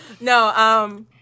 No